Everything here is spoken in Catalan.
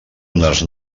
unes